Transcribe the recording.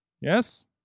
Yes